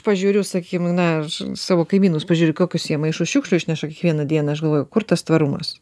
pažiūriu sakim na aš savo kaimynus pažiūriu kokius jie maišus šiukšlių išneša kiekvieną dieną aš galvoju kur tas tvarumas